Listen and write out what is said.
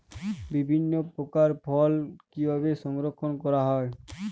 বিভিন্ন প্রকার ফল কিভাবে সংরক্ষণ করা হয়?